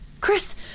Chris